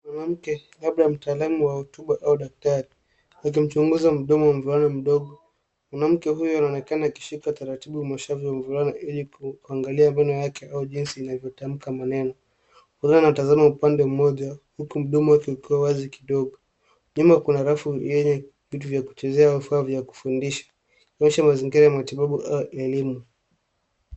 Mwanamke labda mtaalum wa utuba au daktari akimchunguza mdoma wa mvulana mdogo. Mwanamke huyo anaonekana akishika taratibu mashavu wa mvulana ili kuangalia meno yake au jinsi inavyo tamka maneno. Mvulana anatazama upande mmoja huku mdomo wake ukiwa wazi kidogo. Nyuma kuna rafu enye vitu vya kuchezea au vifaa vya kufundisha kuonyesha mazingira vya matibabu au elimu.